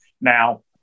now